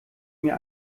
mir